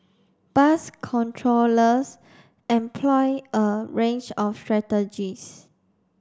bus controllers employ a range of strategies